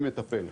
מי יטפל?